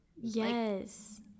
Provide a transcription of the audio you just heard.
yes